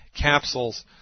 Capsules